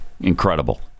incredible